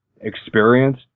experience